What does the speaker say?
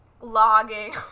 logging